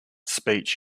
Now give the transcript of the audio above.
speech